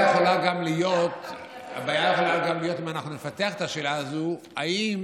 אם נפתח את השאלה הזאת, הבעיה גם יכולה להיות: האם